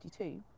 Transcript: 1952